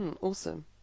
Awesome